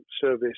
service